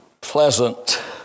pleasant